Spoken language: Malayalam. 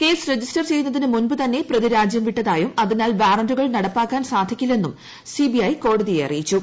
കേസ് രജിസ്റ്റർ ചെയ്യുന്നതിന് മുമ്പ് തന്നെ പ്രതി രാജ്യം വിട്ടതായും അതിനാൽ വാറന്റുകൾ നടപ്പാക്കാൻ സാധിക്കില്ലെന്നും സിബിഐ കോടതിയെ അറിയിച്ചു